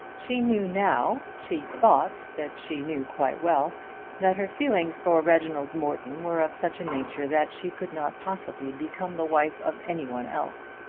she knew now she thought that she knew quite well that her feelings for reginald morton were of such a nature that she could not possibly become the wife of any one else.